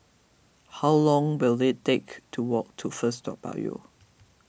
how long will it take to walk to First Toa Payoh